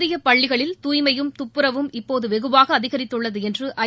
இந்திய பள்ளிகளில் தூய்மையும் தப்புரவும் இப்போது வெகுவாக அதிகரித்துள்ளது என்று ஐ